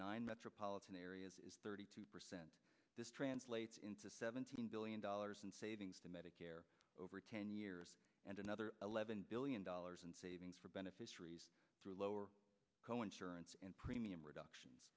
nine metropolitan areas is thirty two percent this translates into seventeen billion dollars in savings to medicare over ten years and another eleven billion dollars in savings for beneficiaries through lower co insurance and premium reduction